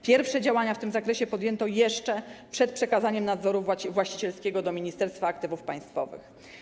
Pierwsze działania w tym zakresie podjęto jeszcze przed przekazaniem nadzoru właścicielskiego do Ministerstwa Aktywów Państwowych.